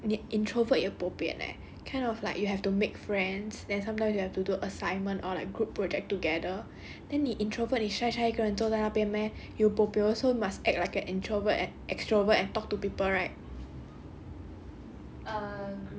of school right 你不要 in~ introvert 也 bo pian leh kind of like you have to make friends then sometimes you have to do assignment or like group project together then 你 introvert 你 shy shy 一个人坐在那边 meh you bo pian also must act like an introvert and extrovert and talk to people right